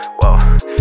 whoa